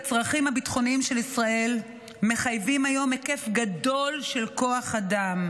הצרכים הביטחוניים של ישראל מחייבים היום היקף גדול של כוח אדם,